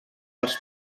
els